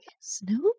Snoop